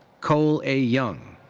cole a. young.